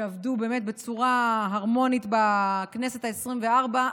שעבדו באמת בצורה הרמונית בכנסת העשרים-וארבע.